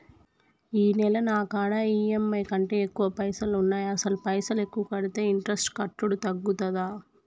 ఈ నెల నా కాడా ఈ.ఎమ్.ఐ కంటే ఎక్కువ పైసల్ ఉన్నాయి అసలు పైసల్ ఎక్కువ కడితే ఇంట్రెస్ట్ కట్టుడు తగ్గుతదా?